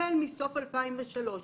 החל מסוף 2003,